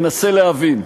ננסה להבין.